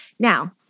Now